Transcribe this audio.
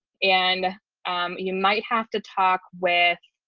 and you might have to talk with